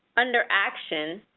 under action,